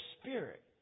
spirit